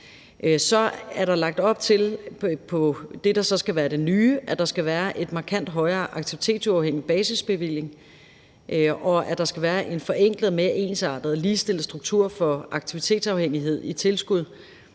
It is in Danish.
være det nye, at der skal være en markant højere aktivitetsuafhængig basisbevilling, og at der skal være en forenklet og mere ensartet og ligestillet struktur for aktivitetsafhængighed i tilskud,